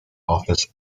office